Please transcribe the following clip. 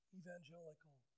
evangelical